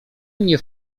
mnie